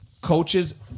coaches